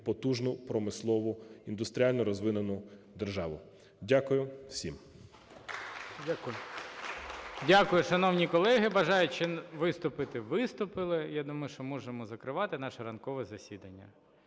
потужну промислову, індустріально розвинену, державу. Дякую всім. 13:43:40 ГОЛОВУЮЧИЙ. Дякую, шановні колеги. Бажаючі виступити виступили. Я думаю, що можемо закривати наше ранкове засідання.